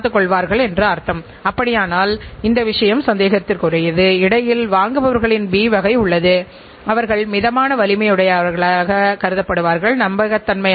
நிர்வாகக் கட்டுப்பாட்டு முறைமை பற்றி நாங்கள் பேசும்போது எல்லா நிறுவனங்களிலும் சம முக்கியத்துவம் வாய்ந்தவையாகக் கருதப்படுகின்றன